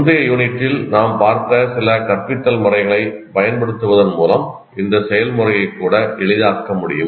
முந்தைய யூனிட்டில் நாம் பார்த்த சில கற்பித்தல் முறைகளைப் பயன்படுத்துவதன் மூலம் இந்த செயல்முறையை கூட எளிதாக்க முடியும்